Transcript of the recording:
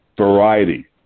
variety